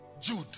Jude